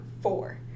four